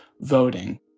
voting